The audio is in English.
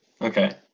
Okay